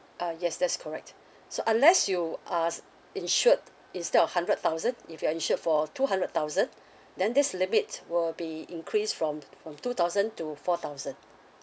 uh yes that's correct so unless you uh insured instead of hundred thousand if you are insured for two hundred thousand then this limit will be increase from from two thousand to four thousand